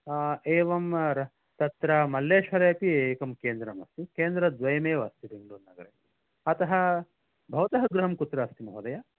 आ एवं तत्र मल्लेश्वरेपि एकं केन्द्रम् अस्ति केन्द्रद्वयमेव अस्ति बेङ्गलूरुनगरे अतः भवतः गृहं कुत्र अस्ति महोदय